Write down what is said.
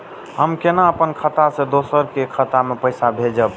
हम केना अपन खाता से दोसर के खाता में पैसा भेजब?